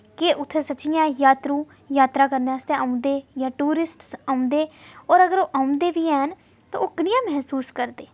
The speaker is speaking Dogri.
क्या उत्थै सच गै जात्तरू जात्तरा करने आस्तै औंदे जां टूरिस्ट औंदे और जेकर ओह् औंदे बी हैन ते ओह् कनेहा मसूस करदे